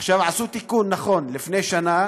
עשו תיקון, נכון, לפני שנה,